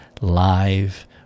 live